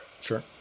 Sure